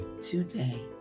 today